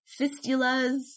Fistulas